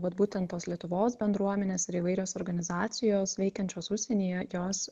vat būtent tos lietuvos bendruomenės ir įvairios organizacijos veikiančios užsienyje jos